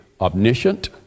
omniscient